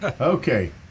Okay